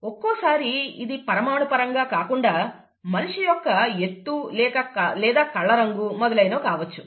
ఒక్కోసారి ఇది పరమాణు పరంగా కాకుండా మనిషి యొక్క ఎత్తు లేదా కళ్ళ రంగు మొదలగునవి కావచ్చు